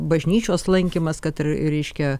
bažnyčios lankymas kad ir reiškia